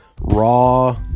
raw